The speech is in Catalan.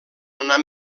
anar